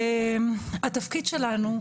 התפקיד שלנו,